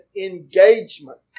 engagement